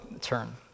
turn